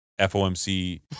FOMC